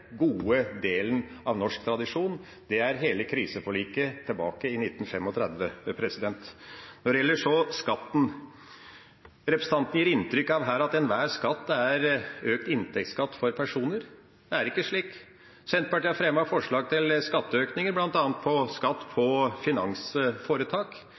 hele kriseforliket tilbake i 1935. Så til skatten: Representanten gir her inntrykk av at enhver skatt er økt inntektsskatt for personer. Det er ikke slik. Senterpartiet har fremmet forslag til økninger bl.a. på skatt